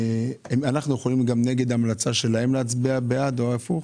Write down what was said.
אנחנו יכולים גם נגד המלצה שלהם להצביע בעד או הפוך?